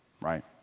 right